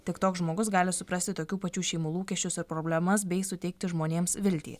tik toks žmogus gali suprasti tokių pačių šeimų lūkesčius ir problemas bei suteikti žmonėms viltį